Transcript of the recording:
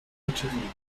batterie